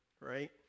Right